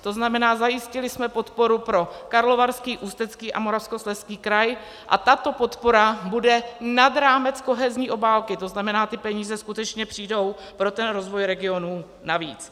To znamená, zajistili jsme podporu pro Karlovarský, Ústecký a Moravskoslezský kraj a tato podpora bude nad rámec kohezní obálky, tzn. ty peníze skutečně přijdou pro rozvoj regionů navíc.